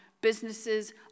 businesses